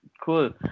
Cool